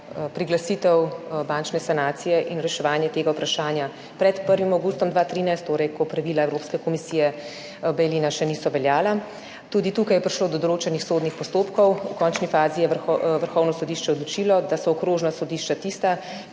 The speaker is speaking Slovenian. priglasitev bančne sanacije in reševanje tega vprašanja pred 1. avgustom 2013, torej ko pravila Evropske komisije bail-ina še niso veljala. Tudi tukaj je prišlo do določenih sodnih postopkov. V končni fazi je vrhovno sodišče odločilo, da so okrožna sodišča tista,